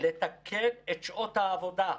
לתקן את שעות העבודה.